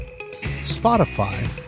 Spotify